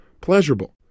Pleasurable